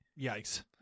yikes